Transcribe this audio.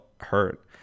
hurt